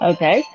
Okay